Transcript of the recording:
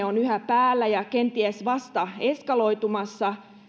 on yhä päällä ja kenties vasta eskaloitumassa